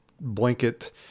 blanket